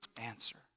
answer